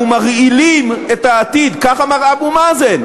אנחנו מרעילים את העתיד" כך אמר אבו מאזן.